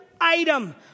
item